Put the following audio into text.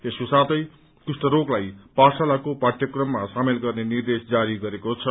यसको साथै कुष्ठ रोगलाई पाठशालाको पाठयक्रममा सामेल गर्ने निर्देश पनि दियो